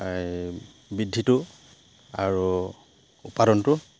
বৃদ্ধিটো আৰু উৎপাদনটো